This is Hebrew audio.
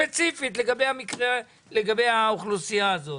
ספציפית לגבי האוכלוסייה הזאת.